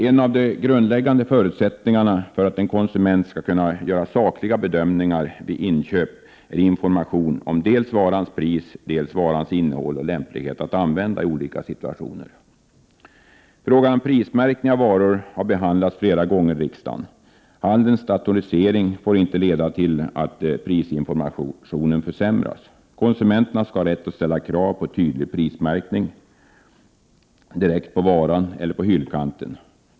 En av de grundläggande förutsättningarna för att en konsument skall kunna göra sakliga bedömningar vid inköp är information om dels varans pris, dels varans innehåll och lämplighet att använda i olika situationer. Frågan om prismärkning av varor har behandlats flera gånger av riksdagen. Handelns datorisering får inte leda till att prisinformationen försämras. Konsumenterna skall ha rätt att ställa krav på tydlig prismärkning, direkt på varan eller på hyllkanten.